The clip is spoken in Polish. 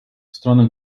stronę